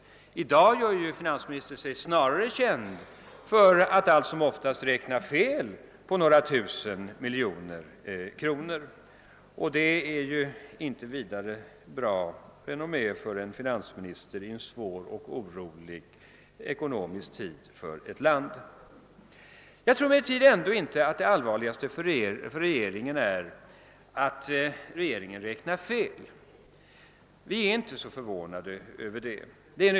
I dag gör finansministern sig snarare känd för att allt som oftast räkna fel på några tusen miljoner kronor, och det är ju inte vidare bra för en finansminister, allra minst i en ekonomiskt svår och orolig tid för ett land. Ändå tror jag inte att det allvarligaste för regeringen är att den räknar fel. Vi för vår del är inte så förvånade över det.